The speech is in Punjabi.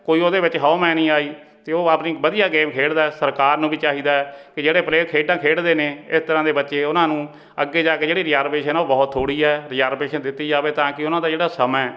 ਕੋਈ ਉਹਦੇ ਵਿੱਚ ਹਉਮੈਂ ਨਹੀਂ ਆਈ ਅਤੇ ਉਹ ਆਪਣੀ ਵਧੀਆ ਗੇਮ ਖੇਡਦਾ ਸਰਕਾਰ ਨੂੰ ਵੀ ਚਾਹੀਦਾ ਕਿ ਜਿਹੜੇ ਪਲੇਅਰ ਖੇਡਾਂ ਖੇਡਦੇ ਨੇ ਇਸ ਤਰ੍ਹਾਂ ਦੇ ਬੱਚੇ ਉਹਨਾਂ ਨੂੰ ਅੱਗੇ ਜਾ ਕੇ ਜਿਹੜੇ ਰਿਜ਼ਾਰਵੇਸ਼ਨ ਆ ਉਹ ਬਹੁਤ ਥੋੜ੍ਹੀ ਹੈ ਰਿਜ਼ਾਰਵੇਸ਼ਨ ਦਿੱਤੀ ਜਾਵੇ ਤਾਂ ਕਿ ਉਹਨਾਂ ਦਾ ਜਿਹੜਾ ਸਮਾਂ ਹੈ